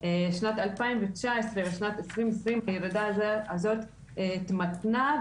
ושנת 2020 הירידה הזאת התמתנה.